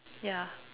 yeah